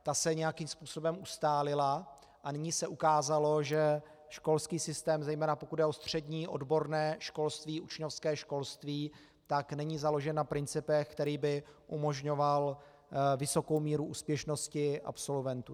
Ta se nějakým způsobem ustálila a nyní se ukázalo, že školský systém, zejména pokud jde o střední odborné školství, učňovské školství, tak není založen na principech, které by umožňovaly vysokou míru úspěšnosti absolventů.